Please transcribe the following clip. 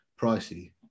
pricey